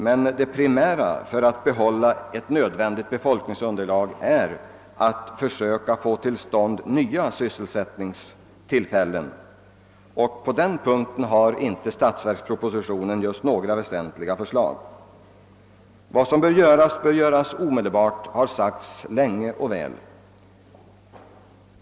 Men det primära för att få det nödvändiga befolkningsunderlaget är att försöka skapa nya sysselsättningstillfällen, och på den punkten innehåller statsverkspropositionen just inga väsentliga förslag. Det har sagts både länge och väl att vad som skall göras bör göras omedelbart.